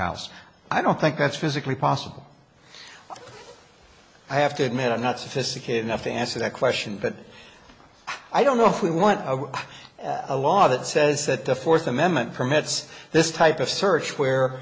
house i don't think that's physically possible i have to admit i'm not sophisticated enough to answer that question but i don't know if we want a law that says that the fourth amendment permits this type of search where